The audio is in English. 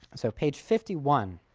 so, page fifty one,